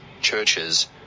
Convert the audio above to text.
churches